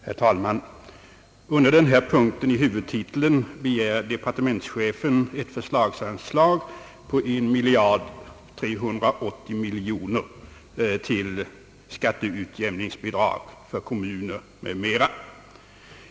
Herr talman! Under denna punkt i huvudtiteln begär departementschefen ett förslagsanslag på 1 380 miljoner kronor till skatteutjämningsbidrag för kommuner m.m.